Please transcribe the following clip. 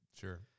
sure